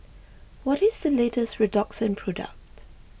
what is the latest Redoxon product